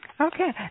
Okay